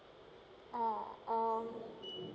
uh um